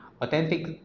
Authentic